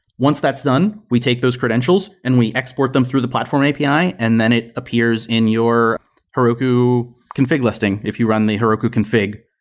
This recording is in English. once that's done, we take those credentials and we export them through the platform api and then it appears in your heroku config listing, if you run the heroku config,